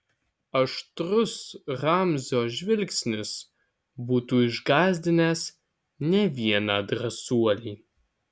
aštrus ramzio žvilgsnis būtų išgąsdinęs ne vieną drąsuolį